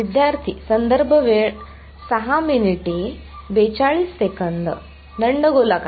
विद्यार्थी दंडगोलाकार